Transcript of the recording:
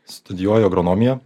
studijuoju agronomiją